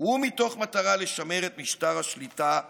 ומתוך מטרה לשמר את משטר השליטה והדיכוי.